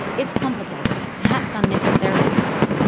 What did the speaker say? it's complicated, perhaps unnecessarily so,